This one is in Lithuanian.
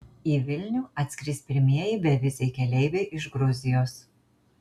į vilnių atskris pirmieji beviziai keleiviai iš gruzijos